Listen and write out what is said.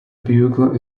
bugle